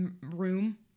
room